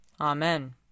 Amen